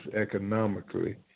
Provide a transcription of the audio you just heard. economically